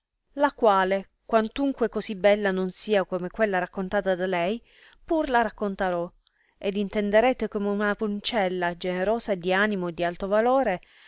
la quale quantunque così bella non sia come quella raccontata da lei pur la raccontare ed intenderete come una poncella generosa di animo e di alto valore